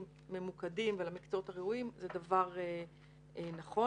ממוקדים ולמקצועות הראויים זה דבר נכון.